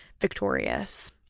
victorious